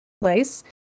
place